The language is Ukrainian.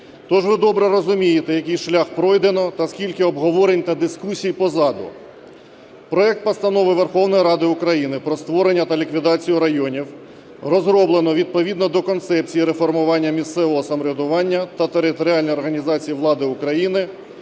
Тож ви добре розумієте, який шлях пройдено та скільки обговорень та дискусій позаду. Проект Постанови Верховної Ради України про створення та ліквідацію районів розроблено відповідно до концепції реформування місцевого самоврядування та територіальної організації влади в Україні,